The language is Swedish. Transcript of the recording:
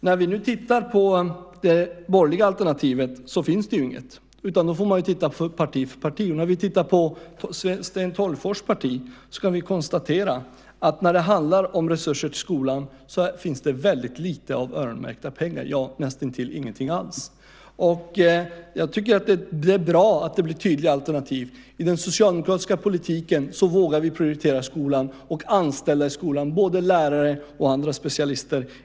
När vi nu tittar på det borgerliga alternativt så finns det inget. Då får man titta på parti för parti. Om vi tittar på Sten Tolgfors parti kan vi konstatera att när det handlar om resurser till skolan finns det väldigt lite öronmärkta pengar, ja näst intill ingenting alls. Jag tycker att det är bra att det blir tydliga alternativ. I den socialdemokratiska politiken vågar vi prioritera skolan och anställda i skolan, både lärare och andra specialister.